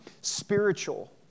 Spiritual